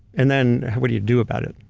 and then what do you do about it,